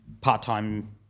part-time